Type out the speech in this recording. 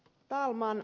talman